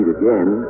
again